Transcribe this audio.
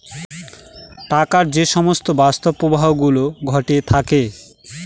টাকার যে সমস্ত বাস্তব প্রবাহ গুলো ঘটে থাকে